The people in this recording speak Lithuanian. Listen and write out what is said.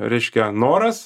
reiškia noras